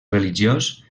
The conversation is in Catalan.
religiós